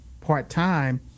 part-time